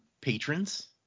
patrons